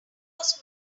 was